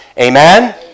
Amen